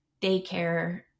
daycare